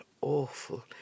awful